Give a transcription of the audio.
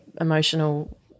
emotional